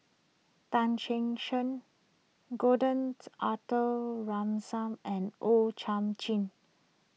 Tan Che Sang Gordon's Arthur Ransome and O Thiam Chin